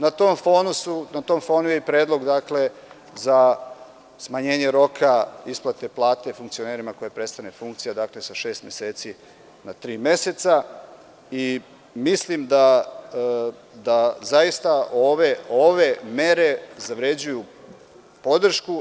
Na tom fonusu je i predlog za smanjenje roka isplate plate funkcionerima kojima prestane funkcija, dakle, sa šest meseci na tri meseca i mislim da ove mere zavređuju podršku.